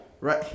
right